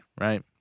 right